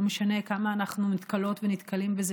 לא משנה כמה אנחנו נתקלות ונתקלים בזה